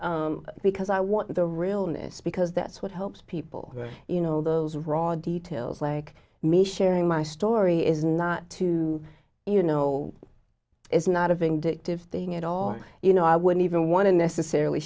era because i want the real n'est because that's what helps people you know those raw details like me sharing my story is not to you know is not a vindictive thing at all you know i wouldn't even want to necessarily